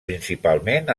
principalment